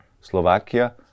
Slovakia